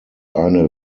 eine